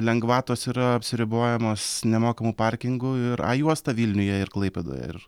lengvatos yra apsiribojamos nemokamu parkingu ir a juosta vilniuje ir klaipėdoje ir